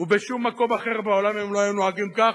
ובשום מקום אחר בעולם הם לא היו נוהגים כך,